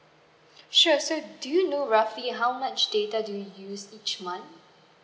sure so do you know roughly how much data do you used each month